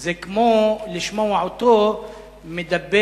זה כמו לשמוע אותו מדבר,